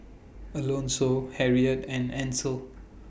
Alonso Harriett and Ansel